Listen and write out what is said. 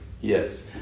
Yes